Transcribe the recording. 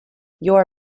your